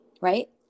right